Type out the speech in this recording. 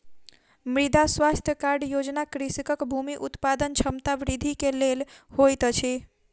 मृदा स्वास्थ्य कार्ड योजना कृषकक भूमि उत्पादन क्षमता वृद्धि के लेल होइत अछि